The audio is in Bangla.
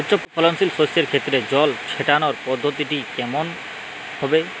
উচ্চফলনশীল শস্যের ক্ষেত্রে জল ছেটানোর পদ্ধতিটি কমন হবে?